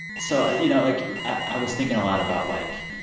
so, ah you know, like, i was thinking a lot about, like,